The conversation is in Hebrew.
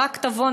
רק תבוא,